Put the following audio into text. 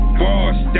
boss